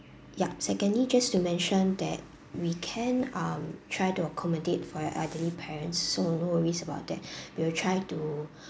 ya secondly just to mention that we can um try to accommodate for your elderly parents so no worries about that we'll try to